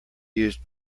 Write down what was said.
used